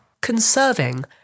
conserving